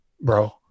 bro